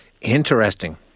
Interesting